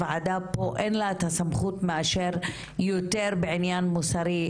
לוועדה פה אין לה את הסמכות מאשר יותר בעניין מוסרי,